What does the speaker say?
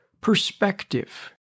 perspective